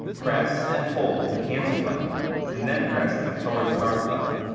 press and hold the cancel button and then press the color start button.